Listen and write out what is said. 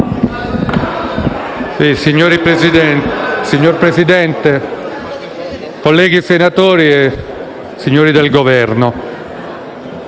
Signor Presidente, colleghi senatori, signori del Governo,